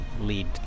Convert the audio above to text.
lead